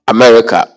America